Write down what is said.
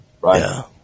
right